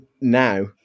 now